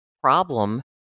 problem